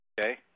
okay